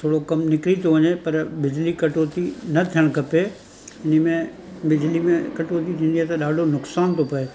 थोरो कमु निकिरी थो वञे पर बिजली कटोती न थियणु खपे इन ई में बिजली में कटोती थींदी आहे त ॾाढो नुक़सान थो पए